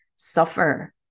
suffer